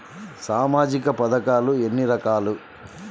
సామాజిక పథకాలు ఎన్ని రకాలు?